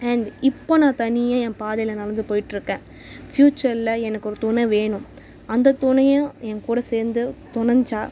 and இப்போது நான் தனியாக என் பாதையில் நடந்து போயிகிட்ருக்கேன் ஃப்யூச்சர்ல எனக்கு ஒரு துணை வேணும் அந்த துணையும் என்கூட சேர்ந்து துணைஞ்சால்